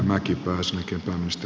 arvoisa puhemies